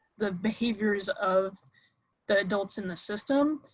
the behaviors of the adults in the system,